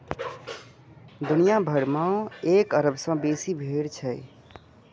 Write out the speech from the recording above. दुनिया भरि मे एक अरब सं बेसी भेड़ छै